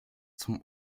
zum